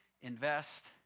Invest